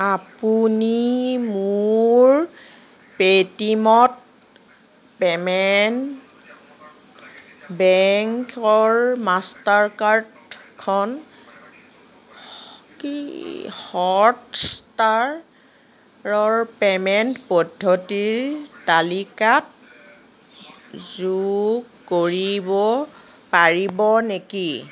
আপুনি মোৰ Paytm payment বেংকৰ মাষ্টাৰকাৰ্ডখন কি হটষ্টাৰৰ পে'মেণ্ট পদ্ধতিৰ তালিকাত যোগ কৰিব পাৰিব নেকি